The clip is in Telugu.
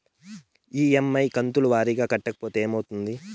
ఇ.ఎమ్.ఐ కంతుల వారీగా కట్టకపోతే ఏమవుతుంది?